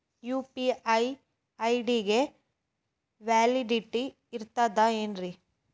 UPI ID ಗೆ validity ಇರತದ ಏನ್ರಿ?